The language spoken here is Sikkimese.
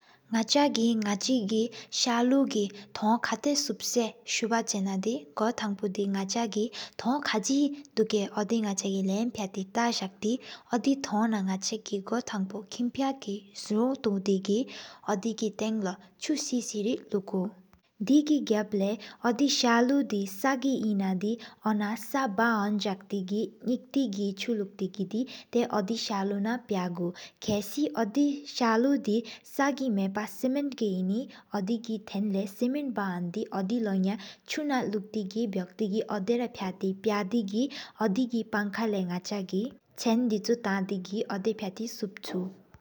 ནག་ཚ་གི་ན་ཅི་གི་སག་ལོ་གི་ཐུང་ཀ་ཏ་སུབ་ས། སུ་ན་ཆ་ན་དི་གོ་ཐང་པོ་དི། ཐུང་ཁ་གི་དུ་ཀ་ཨོ་དེ་དི་ནག་ཚ་གི་ལམ་ཕཏ། ཐག་ཟག་ཏེ་ཨི་དེ་ཐུང་ན་ནག་ཚ་གི་གོ་ཐང་པོ། ཀིམ་ཕ་གི་ཟུ་ཏོ་བྲེ་གི་འོ་བག་ཀོ་དུ་དཡེ་ན་ཚེར་ལུ་ཀུ། ཏེ་སག་ལོ་དི་ས་གི་ཨེན་ད་དེ་ས་བཀ་ཧོན་དེ་གི། ནེཀ་ཏེ་གི་ཅུ་ལུག་ཏེ་གི་ཏེ་ཨོ་དེ་ས་ལུ་ན་པ་གུ། ཁ་སི་ཨོ་དེ་ས་ལུ་དི་ས་གི་མེ་པ་སིདྷན་ཏ་གི་ཡེ་ནི། ཨོ་དེ་གི་དེན་ལ་སིདྷན་བཀ་ཧོན་དེ་ཨོ་དེ་ལོ་ཡ། ཅུ་ན་ལུག་ཏེ་བོཀ་ཏེ་གི་ཨོ་དེ་ར་ཕཏ་པེ་དེ་གི། ཨོ་དེ་གི་ཕང་ཀ་ལེ་ ནག་ཚ་གི་ཆན་དི་ཅུ། ཐང་ང་གི་ཨོ་དེ་ཕཏ་སུན་ཅུ།